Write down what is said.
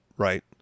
Right